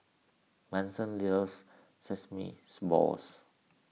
Manson loves Sesame Malls